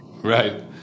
Right